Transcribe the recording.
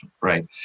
right